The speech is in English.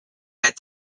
had